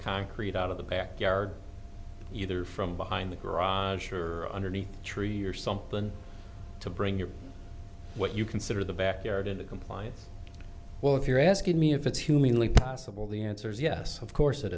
concrete out of the backyard either from behind the garage or underneath a tree or something to bring your what you consider the backyard into compliance well if you're asking me if it's humanly possible the answer is yes of course it